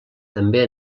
també